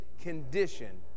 condition